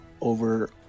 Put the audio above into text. over